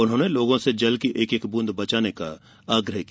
उन्होंने लोगों से जल की एक एक ब्रंद बचाने का आग्रह किया